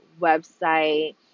website